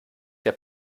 der